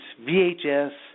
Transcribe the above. VHS